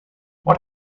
what